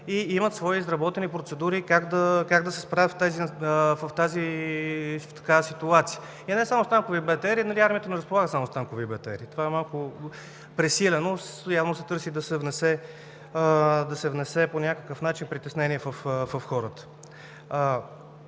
и имат свои изработени процедури как да се справят в такава ситуация. Не само с танкове и БТР-и – армията не разполага само с танкове и БТР-и, това е малко пресилено, явно се търси да се внесе по някакъв начин притеснение в хората.